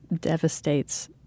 devastates